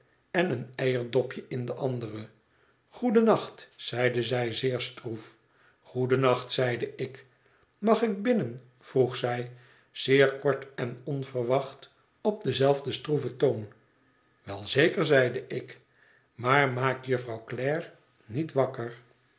en een eierdopjein de andere goeden nacht zeide zij zeer stroef goeden nacht zeide ik mag ik binnen vroeg zij zeer kort en onverwacht op denzelfden stroeven toon wel zeker zeide ik maar maak jufvrouw clare niet wakker